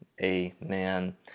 amen